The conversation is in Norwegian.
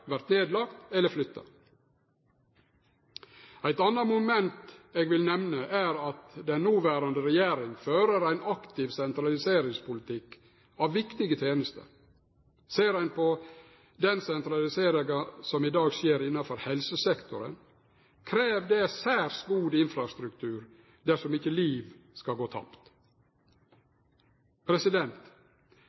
vert nedlagde eller flytta. Eit anna moment eg vil nemne, er at den noverande regjeringa fører ein aktiv sentraliseringspolitikk av viktige tenester. Ser ein på den sentraliseringa som i dag skjer innanfor helsesektoren, krev det særs god infrastruktur dersom ikkje liv skal gå